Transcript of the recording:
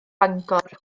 bangor